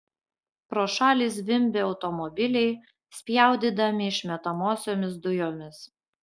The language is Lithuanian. pro šalį zvimbė automobiliai spjaudydami išmetamosiomis dujomis